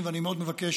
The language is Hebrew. אינו נוכח,